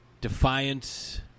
defiance